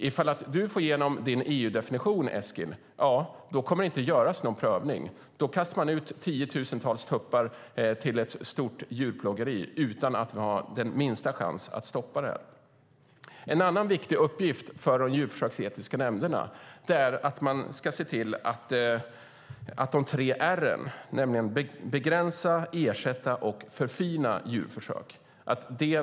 Ifall du får igenom din EU-definition, Eskil, kommer det inte att göras någon prövning. Då kastar man ut tiotusentals tuppar till ett stort djurplågeri utan att vi har minsta chans att stoppa det. En annan viktig uppgift för de djurförsöksetiska nämnderna är att se till att man verkligen lever upp till de tre r:en - att begränsa, ersätta och förfina djurförsöken.